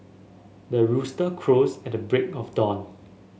the rooster crows at the break of dawn